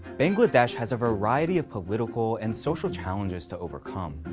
bangladesh has a variety of political and social challenges to overcome,